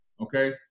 okay